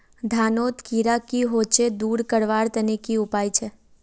धानोत कीड़ा की होचे दूर करवार तने की उपाय छे?